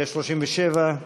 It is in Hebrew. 37?